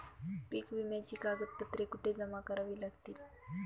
पीक विम्याची कागदपत्रे कुठे जमा करावी लागतील?